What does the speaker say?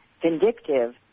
vindictive